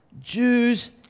Jews